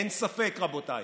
אין ספק, רבותיי,